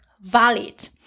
valid